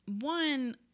One